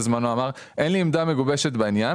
בזמנו: "אין לי עמדה מגובשת בעניין.